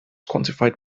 quantified